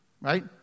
Right